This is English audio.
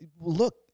look